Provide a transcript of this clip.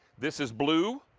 this is blue,